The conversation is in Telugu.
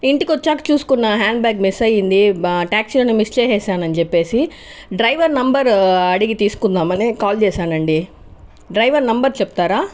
ఇంటికి వచ్చాక చూసుకున్న హ్యాండ్ బ్యాగ్ మిస్ అయ్యింది ట్యాక్సీ లోనే మిస్ చేసేసాను అని చెప్పేసి డ్రైవర్ నంబర్ అడిగి తీసుకుందాం అనే కాల్ చేసానండి డ్రైవర్ నెంబర్ చెప్తారా